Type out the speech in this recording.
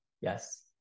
yes